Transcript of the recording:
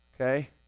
Okay